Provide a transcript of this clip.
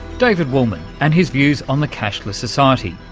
david wolman and his views on the cashless society.